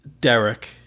Derek